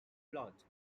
plot